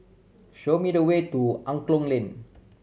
show me the way to Angklong Lane